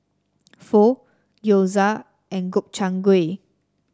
Pho Gyoza and Gobchang Gui